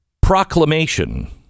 proclamation